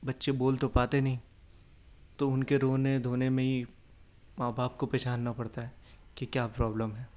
بچے بول تو پاتے نہیں تو ان کے رونے دھونے میں ہی ماں باپ کو پہچاننا پڑتا ہے کہ کیا پرابلم ہے